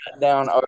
down